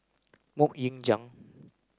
Mok Ying Jang